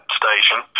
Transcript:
station